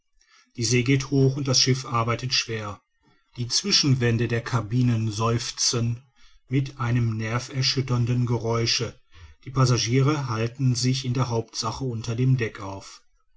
die see geht hoch und das schiff arbeitet schwer die zwischenwände der cabinen seufzen mit einem nervenerschütternden geräusche die passagiere halten sich in der hauptsache unter dem deck auf